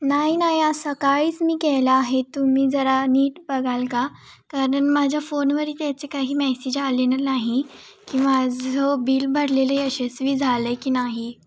नाही नाही आज सकाळीच मी केलं आहे तुम्ही जरा नीट बघाल का कारण माझ्या फोनवर ही त्याचे काही मेसेज आलेलं नाही की माझं बिल भरलेले यशस्वी झालं आहे की नाही